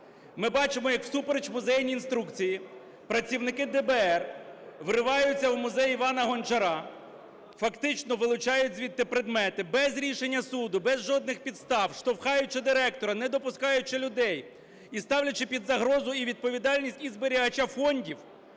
Ми бачимо, як всупереч музейній інструкції працівники ДБР вриваються в музей Івана Гончара, фактично вилучають звідти предмети без рішення суду, без жодних підстав, штовхаючи директора, не допускаючи людей і ставлячи під загрозу і відповідальність і зберігача фондів,